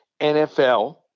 NFL